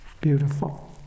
Beautiful